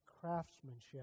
craftsmanship